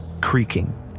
creaking